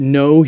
no